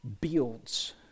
builds